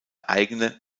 eigene